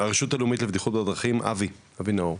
הרשות הלאומית לבטיחות בדרכים, אבי נאור,